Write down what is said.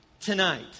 tonight